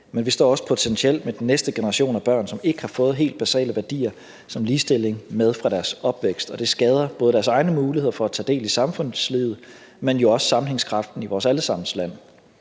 men vi står også potentielt med den næste generation af børn, som ikke har fået helt basale værdier som ligestilling med fra deres opvækst. Og det skader både deres egne muligheder for at tage del i samfundslivet, men jo også sammenhængskraften i vores alle sammens land.